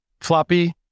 Floppy